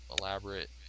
elaborate